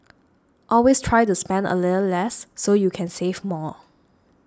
always try to spend a little less so you can save more